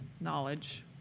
knowledge